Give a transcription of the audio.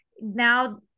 now